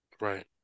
Right